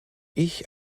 ich